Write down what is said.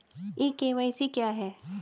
ई KYC क्या है?